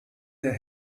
der